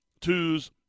twos